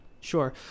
Sure